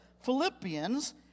Philippians